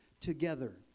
together